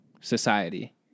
society